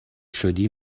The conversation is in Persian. شدی